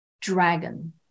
Dragon